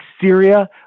Syria